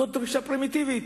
זאת דרישה פרימיטיבית.